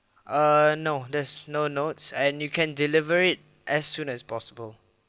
uh no there's no notes and you can deliver it as soon as possible